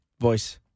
voice